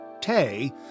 Tay